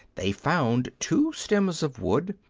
they found two stems of wood,